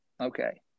Okay